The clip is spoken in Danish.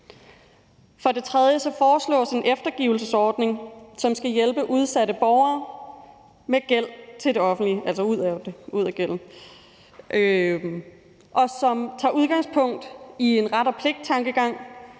For det tredje foreslås en eftergivelseordning, som skal hjælpe udsatte borgere med gæld til det offentlige ud af gælden, og som tager udgangspunkt i en ret og pligt-tankegang,